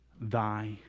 thy